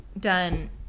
done